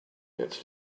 it’s